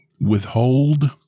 withhold